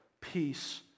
peace